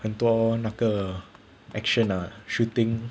很多那个 action ah shooting